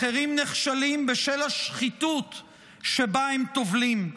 אחרים נכשלים בשל השחיתות שבה הם טובלים.